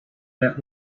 let